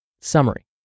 Summary